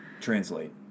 Translate